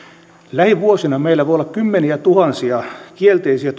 lähivuosina meillä voi olla kymmeniätuhansia kielteisiä